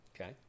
Okay